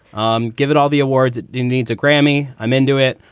um give it all the awards. it needs a grammy. i'm into it.